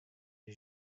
les